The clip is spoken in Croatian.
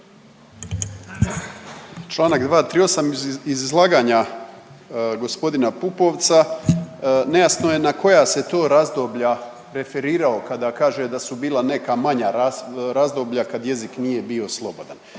Čl. 238, iz izlaganja g. Pupovca nejasno je na koja se to razdobalja referirao kada kaže da su bila neka manja razdoblja kad jezik nije bio slobodan.